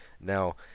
Now